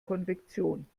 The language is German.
konvektion